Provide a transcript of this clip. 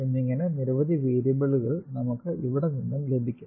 എന്നിങ്ങനെ നിരവധി വേരിയബിളുകൾ നമുക്ക് ഇവിടെ നിന്നും ലഭിക്കും